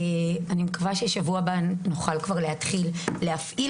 אני מקווה שבשבוע הבא נוכל כבר להתחיל להפעיל